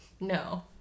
No